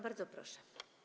Bardzo proszę.